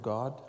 God